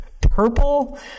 purple